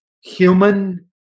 human